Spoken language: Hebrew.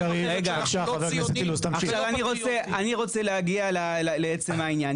ציונים --- אני רוצה להגיע לעצם העניין.